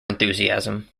enthusiasm